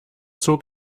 zog